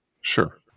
Sure